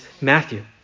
Matthew